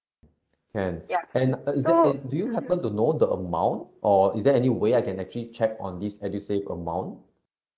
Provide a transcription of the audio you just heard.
can and is there and do you happen to know the amount or is there any way I can actually check on this edusave amount